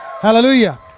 Hallelujah